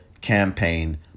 campaign